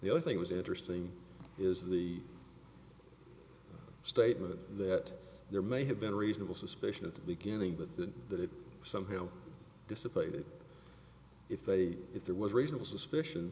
the only thing was interesting is the statement that there may have been reasonable suspicion at the beginning but that that somehow dissipated if they if there was reasonable suspicion